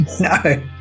no